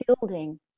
building